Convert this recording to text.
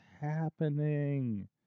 happening